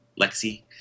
Lexi